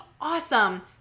awesome